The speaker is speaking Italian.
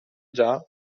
già